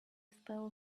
spell